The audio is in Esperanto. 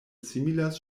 similas